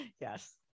Yes